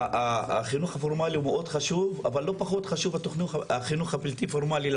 החינוך הפורמלי הוא מאוד חשוב אבל לא פחות חשוב החינוך הבלתי פורמלי.